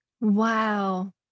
wow